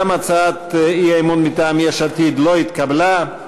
גם הצעת האי-אמון מטעם יש עתיד לא התקבלה.